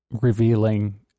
revealing